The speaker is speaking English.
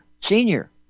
Senior